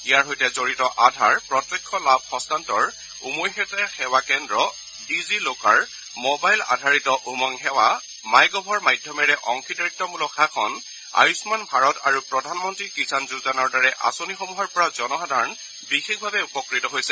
ইয়াৰ সৈতে জড়িত আধাৰ প্ৰত্যক্ষ লাভ হস্তান্তৰ উমৈহতীয়া সেৱা কেন্দ্ৰ ডি জি লোকাৰ মোবাইল আধাৰিত উমং সেৱা মাই গভৰ মাধ্যমেৰে অংশীদাৰত্মূলক শাসন আয়ুল্লান ভাৰত আৰু প্ৰধানমন্ত্ৰী কিষাণ যোজনাৰ দৰে আঁচনিৰসমূহৰ পৰা জনসাধাৰণে বিশেষভাৱে উপকৃত হৈছে